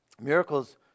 Miracles